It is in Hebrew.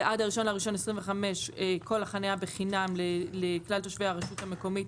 ועד ל- 1.1.25 כל החנייה בחינם לכלל תושבי הרשות המקומית,